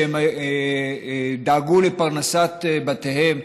שהם דאגו לפרנסת בתיהם,